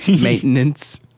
Maintenance